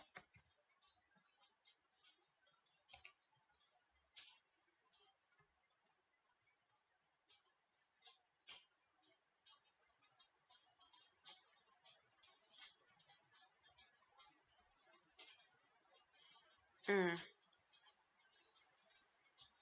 mm